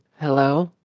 hello